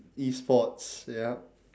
e-sports yup